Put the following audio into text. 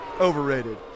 overrated